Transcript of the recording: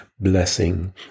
blessing